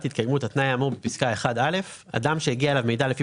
התקיימות התנאי האמור בפסקה (1)(א); אדם שהגיע אליו מידע לפי